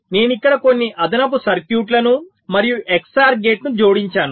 నేను ఇక్కడ కొన్ని అదనపు సర్క్యూట్లను మరియు XOR గేట్ను జోడించాను